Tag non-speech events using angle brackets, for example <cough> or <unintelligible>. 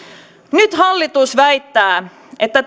nyt hallitus väittää että <unintelligible>